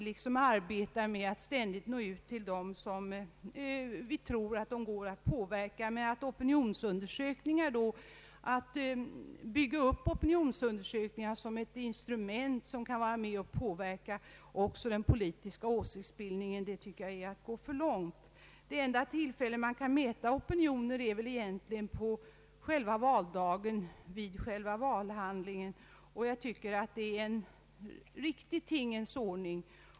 Därför arbetar vi alltid på att nå ut till dem som vi tror att det går att påverka, Men att bygga upp opinionsundersökningar som ett instrument som kan vara med och påverka också den politiska åsiktsbildningen anser jag vara att gå för långt. Det enda tillfälle då man kan mäta opinionen är egentligen vid själva valet. Det är en riktig tingens ordning.